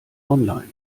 online